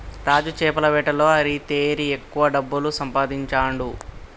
రాజు చేపల వేటలో ఆరితేరి ఎక్కువ డబ్బులు సంపాదించుతాండు